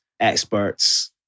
Experts